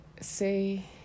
say